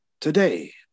Today